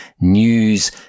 news